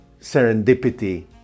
serendipity